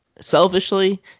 Selfishly